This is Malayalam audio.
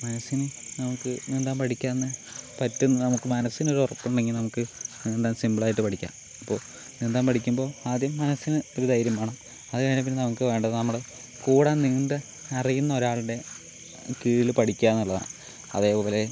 മനസ്സിന് നമുക്ക് നീന്താൻ പഠിക്കാമെന്ന് പറ്റും നമുക്ക് മനസ്സിനൊരുറപ്പ് ഉണ്ടെങ്കിൽ നമുക്ക് നീന്താൻ സിംപിളായിട്ട് പഠിക്കാം അപ്പോൾ നീന്താൻ പഠിക്കുമ്പോൾ ആദ്യം മനസ്സിന് ഒരു ധൈര്യം വേണം അത് കഴിഞ്ഞാൽ പിന്നെ നമുക്ക് വേണ്ടത് നമ്മടെ കൂടെ നീന്താൻ അറിയുന്ന ഒരാളിൻ്റെ കീഴിൽ പഠിക്കാമെന്നുള്ളതാണ് അതേപോലെ